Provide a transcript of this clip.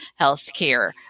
healthcare